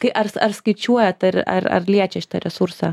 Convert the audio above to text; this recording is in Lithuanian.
kai ars ar skaičiuojat ar ar ar liečia šitą resursą